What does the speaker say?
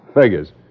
Figures